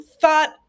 thought